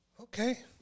Okay